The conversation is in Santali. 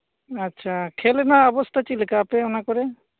ᱟᱪᱪᱷᱟ ᱠᱷᱮᱞ ᱨᱮᱱᱟᱜ ᱚᱵᱚᱥᱛᱟ ᱪᱮᱫ ᱞᱮᱠᱟ ᱟᱯᱮ ᱚᱱᱟ ᱠᱚᱨᱮ